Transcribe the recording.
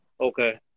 Okay